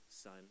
son